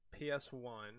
PS1